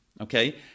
okay